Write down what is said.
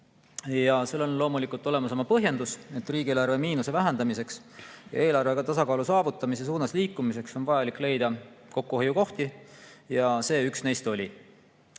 Sellel on loomulikult olemas oma põhjendus. Riigieelarve miinuse vähendamiseks ja eelarve tasakaalu saavutamise suunas liikumiseks on vajalik leida kokkuhoiukohti ja see on üks neist. Samas,